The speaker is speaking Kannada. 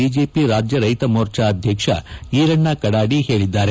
ಬಿಜೆಪಿ ರಾಜ್ಯ ರೈತ ಮೋರ್ಚಾ ಅಧ್ಯಕ್ಷ ಈರಣ್ಣ ಕಡಾಡಿ ಹೇಳಿದ್ದಾರೆ